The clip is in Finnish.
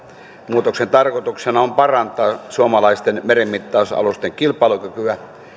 muutoksen tarkoituksena on parantaa suomalaisten merenmittausalusten kilpailukykyä